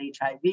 HIV